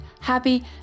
happy